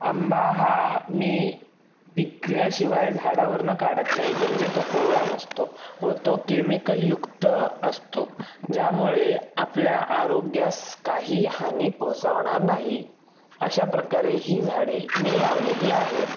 आंबा हा मी पिकल्याशिवाय झाडावरून काढत नाही म्हणजे तो कोवळा नसतो व तो केमिकल युक्त असतो ज्यामुळे आपल्या आरोग्यास काही हानी पोहोचवणार नाही अशा प्रकारे ही झाडे मी लावलेली आहेत